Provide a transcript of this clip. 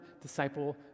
disciple